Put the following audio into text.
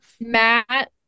Matt